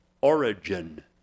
origin